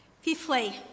Fifthly